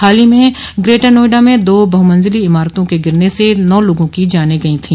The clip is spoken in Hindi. हाल ही में ग्रेटर नोएडा दो बहुमंजिली इमारतों के गिरने से नौ लोगों की जाने गई थी